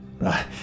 Right